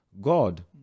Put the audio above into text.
God